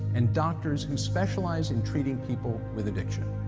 and doctors who specialize in treating people with addiction.